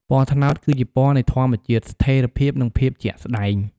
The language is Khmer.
ពណ៌ត្នោត គឺជាពណ៌នៃ ធម្មជាតិ ស្ថេរភាព និង ភាពជាក់ស្តែង។